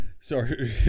Sorry